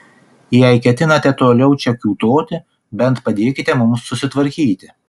jei ketinate toliau čia kiūtoti bent padėkite mums susitvarkyti